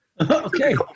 Okay